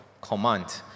command